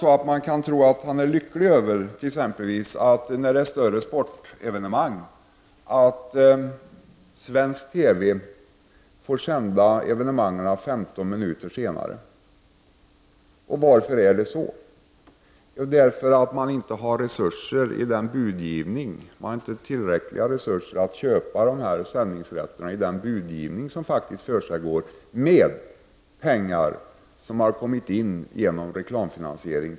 Man kan nästan tro att han är lycklig över att svensk statlig TV vid utsändning exempelvis av större sportevenemang måste sända med 15 minuters förskjutning. Varför är det så? Jo, det beror på att man inte har tillräckliga resurser att köpa sändningsrätterna i den budgivning som faktiskt pågår med pengar som till mycket stor del har kommit in genom reklamfinansiering.